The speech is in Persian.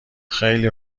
خیلی